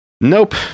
Nope